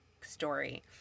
story